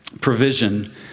provision